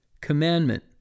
commandment